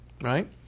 right